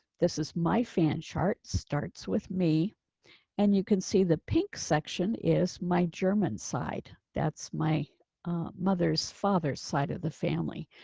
this is my fan chart starts with me and you can see the pink section is my german side. that's my mother's father's side of the family,